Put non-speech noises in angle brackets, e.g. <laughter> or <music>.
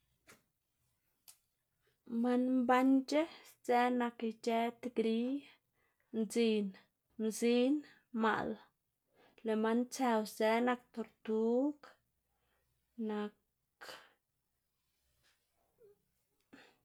<noise> man mbanc̲h̲a sdzë nak ic̲h̲ë tigriy, mdzin, mzin, maꞌl, lëꞌ man tsëw sdzë nak tortug nak. <noise>